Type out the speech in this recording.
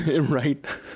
right